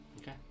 Okay